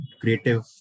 creative